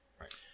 Right